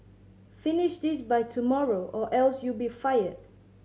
finish this by tomorrow or else you'll be fired